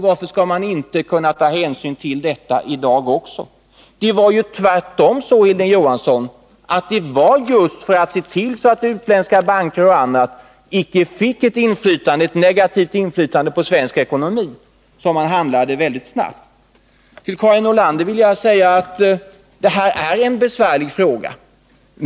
Varför skall man inte kunna ta hänsyn till detta i dag också? Det var ju tvärtom så, Hilding Johansson, att det just var för att se till att utländska banker och annat inte fick ett negativt inflytande på den svenska ekonomin som man handlade väldigt snabbt. Till Karin Nordlander vill jag säga att det här är en besvärlig fråga.